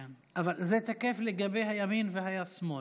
כן, אבל זה תקף לגבי הימין והשמאל.